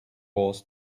was